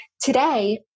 Today